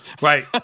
Right